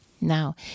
Now